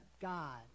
God